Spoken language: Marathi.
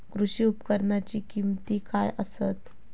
कृषी उपकरणाची किमती काय आसत?